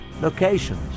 locations